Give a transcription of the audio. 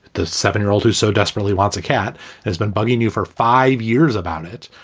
the seven year old who so desperately wants a cat has been bugging you for five years about it.